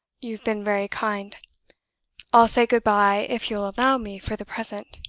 you've been very kind i'll say good-by, if you'll allow me, for the present.